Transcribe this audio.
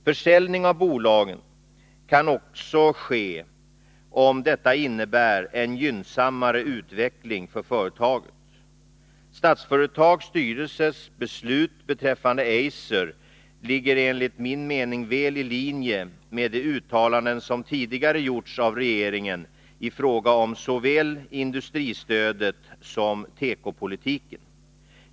Försäljning av bolagen kan också ske om detta kan innebära en gynnsammare utveckling för företaget. Statsföretags styrelses beslut beträffande Eiser ligger enligt min mening väl i linje med de uttalanden som tidigare gjorts av regeringen i fråga om såväl industristödet som tekopolitiken.